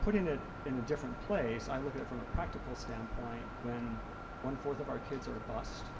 putting it in a different place, i look at it from a practical standpoint. when one fourth of our kids are bused